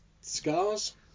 Scars